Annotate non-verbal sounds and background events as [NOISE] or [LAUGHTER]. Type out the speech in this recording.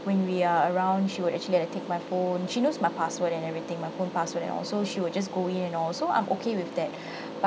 when we are around she would actually like take my phone she knows my password and everything my phone password and also she will just go in and all so I'm okay with that [BREATH] but